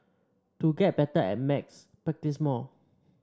to get better at maths practise more